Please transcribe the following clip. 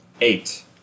Eight